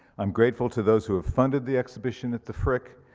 i'm grateful to those who have funded the exhibition at the frick,